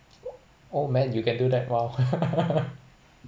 oh man you can do that !wow!